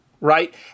right